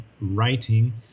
writing